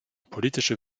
politische